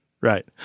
Right